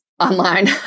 online